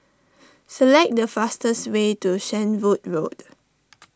select the fastest way to Shenvood Road